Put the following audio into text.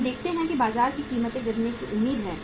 हम देखते हैं कि बाजार में कीमतें गिरने की उम्मीद है